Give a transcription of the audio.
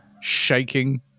shaking